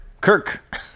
Kirk